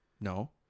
No